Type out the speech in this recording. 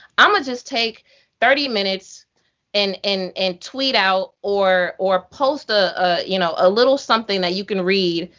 i'm-a just take thirty minutes and and and tweet out, or or post a ah you know ah little something, that you can read,